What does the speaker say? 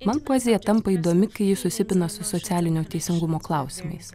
man poezija tampa įdomi kai ji susipina su socialinio teisingumo klausimais